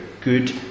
good